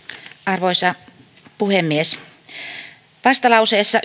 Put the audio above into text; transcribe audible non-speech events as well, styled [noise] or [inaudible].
arvoisa puhemies vastalauseessa [unintelligible]